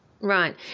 Right